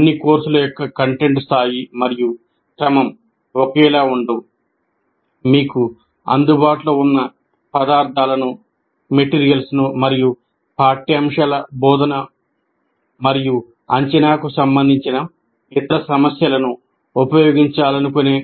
అన్ని కోర్సుల యొక్క కంటెంట్ స్థాయి మరియు క్రమం ఒకేలా ఉండవు మీకు అందుబాటులో ఉన్న పదార్థాలను మరియు పాఠ్యాంశాల బోధన మరియు అంచనాకు సంబంధించిన ఇతర సమస్యలను ఉపయోగించాలనుకునే